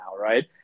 Right